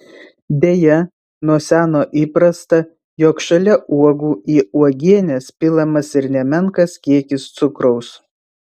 deja nuo seno įprasta jog šalia uogų į uogienes pilamas ir nemenkas kiekis cukraus